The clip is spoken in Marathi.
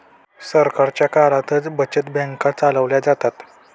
सरकारच्या काळातच बचत बँका चालवल्या जातात